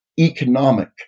economic